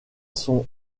sont